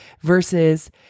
versus